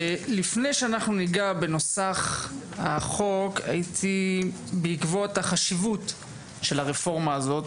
לפני שאנחנו ניגע בנוסח החוק בעקבות החשיבות של הרפורמה הזאת,